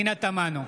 פנינה תמנו,